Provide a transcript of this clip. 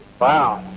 Wow